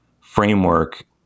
framework